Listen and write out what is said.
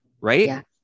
Right